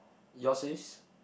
your says